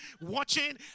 watching